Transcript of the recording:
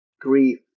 grief